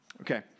okay